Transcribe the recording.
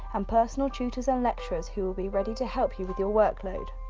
and personal tutors and lecturers who will be ready to help you with your work load